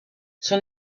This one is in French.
son